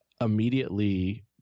immediately